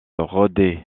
rôder